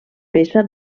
peça